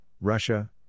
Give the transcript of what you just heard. Russia